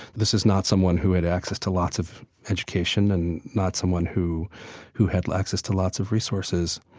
this is not someone who had access to lots of education and not someone who who had access to lots of resources.